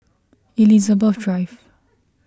Elizabeth Drive